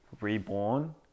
reborn